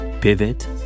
Pivot